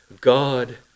god